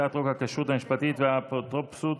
הצעת חוק הכשרות המשפטית והאפוטרופסות